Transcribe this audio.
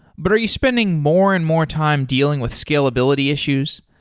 but are you spending more and more time dealing with scalability issues?